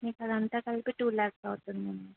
మీకు అదంతా కలిపి టూ ల్యాక్స్ అవుతుంది అండి